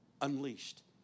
unleashed